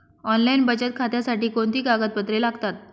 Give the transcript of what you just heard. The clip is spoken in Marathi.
ऑनलाईन बचत खात्यासाठी कोणती कागदपत्रे लागतात?